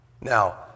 Now